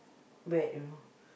bad you know